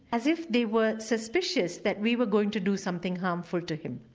as if they were suspicious that we were going to do something harmful to him.